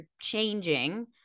changing